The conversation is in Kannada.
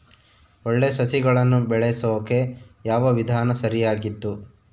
ಒಳ್ಳೆ ಸಸಿಗಳನ್ನು ಬೆಳೆಸೊಕೆ ಯಾವ ವಿಧಾನ ಸರಿಯಾಗಿದ್ದು?